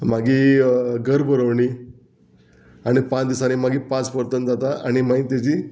मागी घर बरोवणी आनी पांच दिसांनी मागीर पांच परत जाता आनी मागीर तेजी